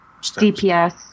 DPS